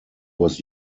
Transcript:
was